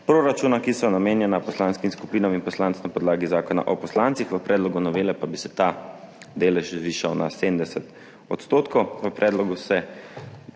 proračuna, ki so namenjena poslanskim skupinam in poslancem na podlagi Zakona o poslancih, v predlogu novele pa bi se ta delež zvišal na 70 %.